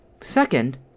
Second